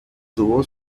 tuvo